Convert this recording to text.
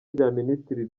minisitiri